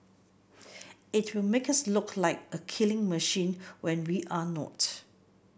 it will make us look like a killing machine when we're not